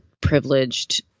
privileged